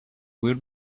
will